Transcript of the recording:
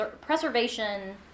preservation